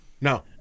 No